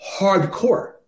Hardcore